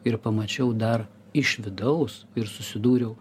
ir pamačiau dar iš vidaus ir susidūriau